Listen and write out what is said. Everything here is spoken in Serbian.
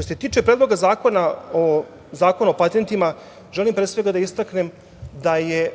se tiče Predloga zakona o patentima želim pre svega da istaknem da se